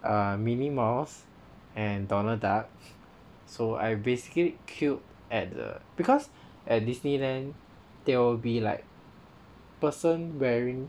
err minnie mouse and donald duck so I basically queued at the cause at Disneyland there will be like person wearing